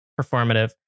performative